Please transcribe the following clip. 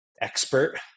expert